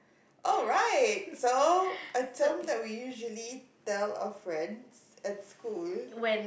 alright so a term that we usually tell our friend at school